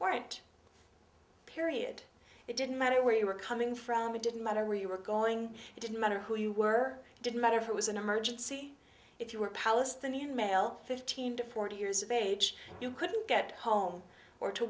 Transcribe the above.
weren't period it didn't matter where you were coming from it didn't matter where you were going it didn't matter who you were it didn't matter if it was an emergency if you were palestinian male fifteen to forty years of age you couldn't get home or to